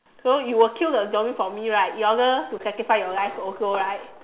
so you will kill the zombie for me right in order to sacrifice your life also right